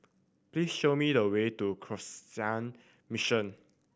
please show me the way to Canossian Mission